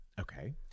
Okay